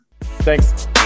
Thanks